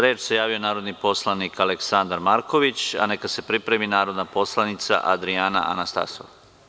Reč ima narodni poslanik Aleksandar Marković, a neka se pripremi narodna poslanica Adrijana Anastasov.